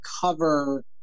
cover